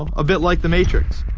um a bit like the matrix,